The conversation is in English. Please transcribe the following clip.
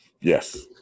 Yes